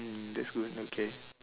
mm that's good okay